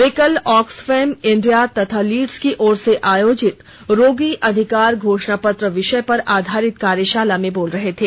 वे कल Oxfam India तथा Leeds की ओर से आयोजित रोगी अधिकार घोषणा पत्र विषय पर आधारित कार्यशाला में बोल रहे थे